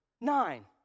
nine